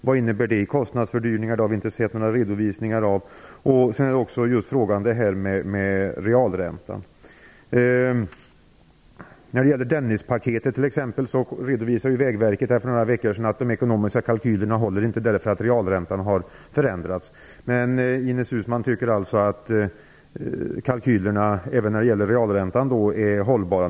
Vad innebär det i kostnadsfördyringar? Det har vi inte sett några redovisningar av. Sedan har vi ju också detta med realräntan. När det gäller Dennispaketet redovisade Vägverket för några veckor sedan att de ekonomiska kalkylerna inte håller därför att realräntan har förändrats. Men Ines Uusmann anser tydligen att kalkylerna även när det gäller realräntan är hållbara.